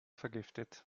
vergiftet